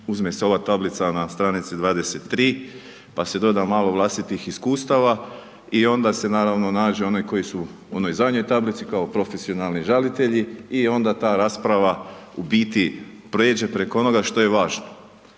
Uzme se ova tablica na stranici 23, pa se doda malo vlastitih iskustava i onda se naravno nađe onaj koji su u onoj zadnjoj tablici kao profesionalni žalitelji i onda ta rasprava u biti pređe preko onoga što je važno.